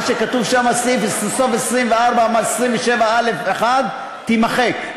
מה שכתוב שם בסעיף 27א1, תימחק.